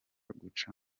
guca